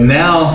now